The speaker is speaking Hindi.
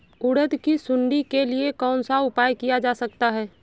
उड़द की सुंडी के लिए कौन सा उपाय किया जा सकता है?